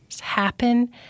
happen